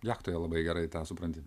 jachtoje labai gerai tą supranti